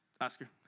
Oscar